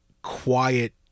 quiet